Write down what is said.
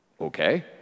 okay